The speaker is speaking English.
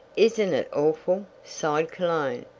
isn't it awful? sighed cologne.